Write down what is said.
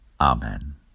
Amen